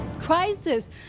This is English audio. crisis